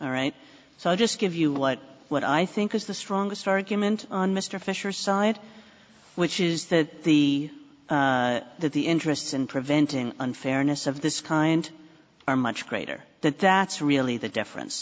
all right so just give you what what i think is the strongest argument on mr fischer side which is that the that the interests in preventing unfairness of this kind are much greater that that's really the difference